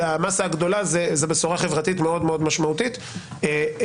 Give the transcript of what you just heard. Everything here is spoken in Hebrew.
למסה הגדולה זו בשורה חברתית משמעותית מאוד,